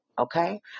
okay